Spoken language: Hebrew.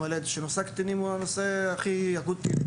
הילד שנושא הקטינים הוא הנושא הכי אקוטי.